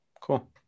Cool